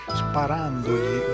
sparandogli